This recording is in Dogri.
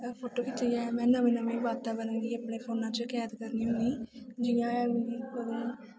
फोटो खिच्चियै में नमें नमें बातावरण गी अपने फोन बिच्च कैद करनी होन्नीं जि'यां कि पता ऐ